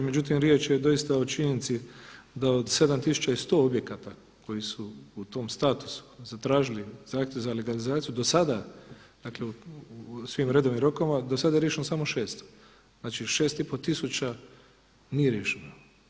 Međutim riječ je doista o činjenici da od 7.100 objekata koji su u tom statusu zatražili zahtjev za legalizaciju do sada u svim redovnim rokovima, do sada je riješeno samo 600. znači 6,5 tisuća nije riješeno.